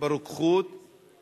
(הרחבת איסור ההפליה),